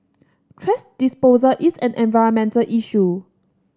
thrash disposal is an environmental issue